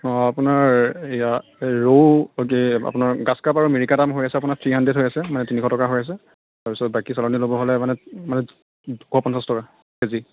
অঁ আপোনাৰ এয়া ৰৌ অ' কি আপোনাৰ গ্ৰাছ কাৰ্প আৰু মিৰিকা দাম হৈ আছে আপোনাৰ থ্ৰি হাণ্ড্ৰেড হৈ আছে মানে তিনিশ টকা হৈ আছে তাৰপিছত বাকী চালানি ল'ব হ'লে মানে মানে দুশ পঞ্চাছ টকা কেজি